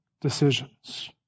decisions